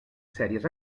sèries